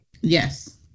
Yes